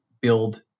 build